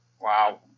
Wow